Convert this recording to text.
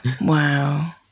Wow